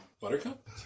Buttercup